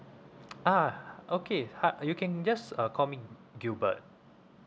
ah okay ha uh you can just uh call me gilbert